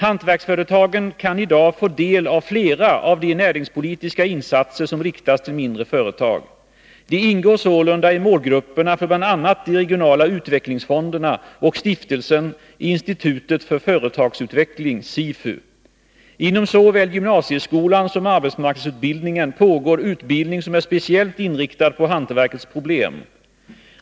Hantverksföretagen kan i dag få del av flera av de näringspolitiska insatser som riktas till mindre företag. De ingår sålunda i målgrupperna för bl.a. de regionala utvecklingsfonderna och Stiftelsen Institutet för företagsutveckling . Inom såväl gymnasieskolan som arbetsmarknadsutbildningen pågår utbildning som är speciellt inriktad på hantverkets problem.